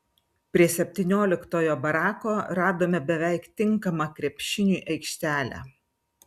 prie septynioliktojo barako radome beveik tinkamą krepšiniui aikštelę